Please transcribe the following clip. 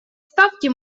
ставки